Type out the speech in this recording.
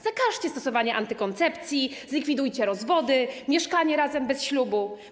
Zakażcie stosowania antykoncepcji, zlikwidujcie rozwody, mieszkanie razem bez ślubu.